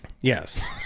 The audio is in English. Yes